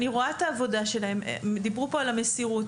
אני רואה את העבודה שלהן ודיברו פה על המסירות,